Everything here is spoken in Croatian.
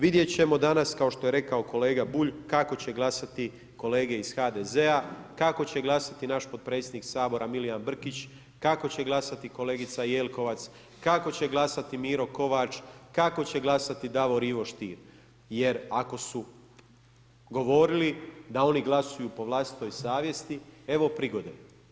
Vidjet ćemo danas kao što je rekao kolega Bulj kako će glasati kolege iz HDZ-a, kako će glasati naš potpredsjednik Sabora Milijan Brkić, kako će glasati kolegica Jelkovac, kako će glasati Miro Kovač, kako će glasati Davor Ivo Stier jer ako su govorili da oni glasaju po vlastitoj savjesti, evo prigode.